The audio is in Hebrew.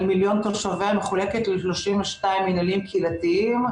מיליון תושביה מחולקת ל-32 מינהלים קהילתיים,